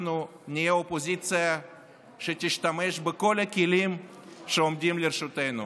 אנחנו נהיה אופוזיציה שתשתמש בכל הכלים שעומדים לרשותה,